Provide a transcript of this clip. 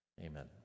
amen